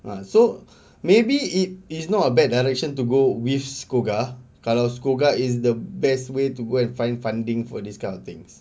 ah so maybe it is not a bad direction to go with SCOGA kalau SCOGA is the best way to go and find funding for this kind of things